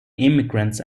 immigrants